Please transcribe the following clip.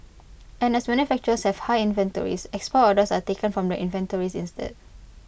and as manufacturers have high inventories export orders are taken from the inventories instead